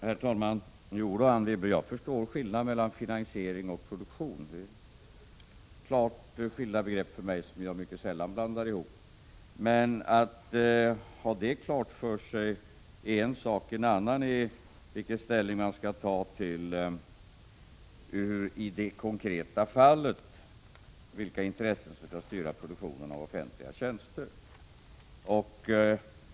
Herr talman! Jag förstår, Anne Wibble, skillnaden mellan finansiering och produktion. Det är klart skilda begrepp för mig som jag mycket sällan blandar ihop. Men att ha det klart för sig är en sak. En annan är vilken ställning man skall ta i det konkreta fallet, vilka intressen som skall styra produktionen av de offentliga tjänsterna.